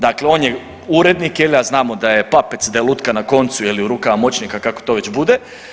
Dakle, on je urednik, a znamo da je papec, da je lutka na koncu je li u rukama moćnika kako to već bude.